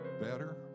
better